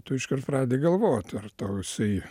tu iškart pradedi galvoti ar tau jisai